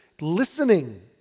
listening